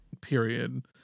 period